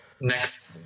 Next